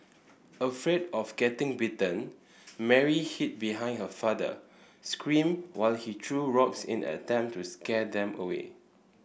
afraid of getting bitten Mary hid behind her father screamed while he threw rocks in an attempt to scare them away